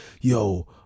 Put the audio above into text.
yo